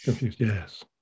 Yes